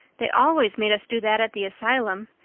they always made us do that at the asylum.